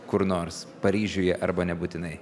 kur nors paryžiuje arba nebūtinai